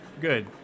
Good